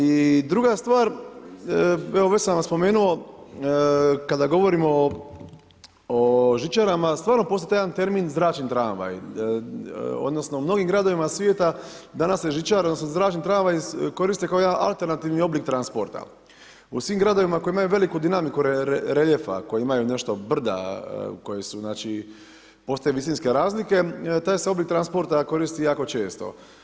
I druga stvar, evo već sam vam spomenuo kada govorimo o žičarama, stvarno postoji taj jedan termin zračni tramvaj, odnosno u mnogim gradovima svijeta, danas se žičare odnosno zračni tramvaji koriste kao jedan alternativni oblik transporta u svim gradovima koji imaju veliku dinamiku reljefa, koji imaju nešto brda koje su znači, postoje visinkse razlike i taj se oblik transporta koristi jako često.